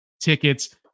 tickets